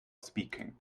speaking